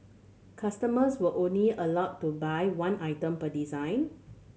customers were only allowed to buy one item per design